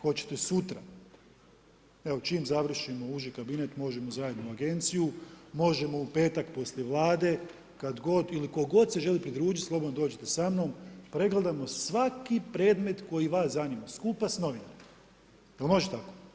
Hoćete sutra, evo čim završimo uži kabinet možemo zajedno u agenciju, možemo u petak poslije Vlade, kad god ili tko god se želi pridružiti slobodno dođite sa mnom pregledajmo svaki predmet koji vas zanima, skupa s novinarima, jel može tako?